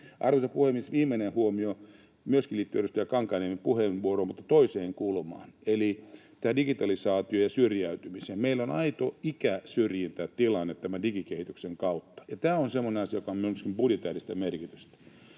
Arvoisa puhemies! Myöskin viimeinen huomio liittyy edustaja Kankaanniemen puheenvuoroon mutta toiseen kulmaan eli digitalisaatioon ja syrjäytymiseen. Meillä on aito ikäsyrjintätilanne tämän digikehityksen kautta, ja tämä on semmoinen asia, jolla on myöskin budjetääristä merkitystä.